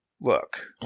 Look